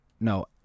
no